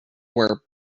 were